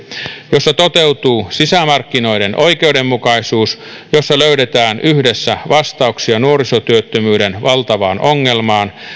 jossa toteutuu sisämarkkinoiden oikeudenmukaisuus jossa löydetään yhdessä vastauksia nuorisotyöttömyyden valtavaan ongelmaan